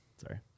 Sorry